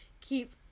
keep